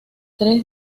tres